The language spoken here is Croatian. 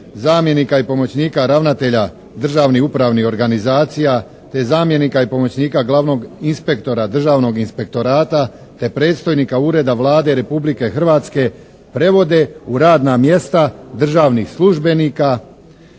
zamjenika i pomoćnika ravnatelja državnih upravnih organizacija te zamjenika i pomoćnika glavnog inspektora Državnog inspektorata te predstojnika ureda Vlade Republike Hrvatske prevode u radna mjesta državnih službenika